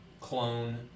clone